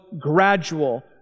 gradual